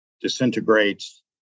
disintegrates